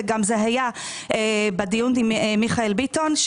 וגם זה היה בדיון עם מיכאל ביטון,